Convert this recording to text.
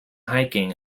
hiking